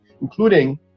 including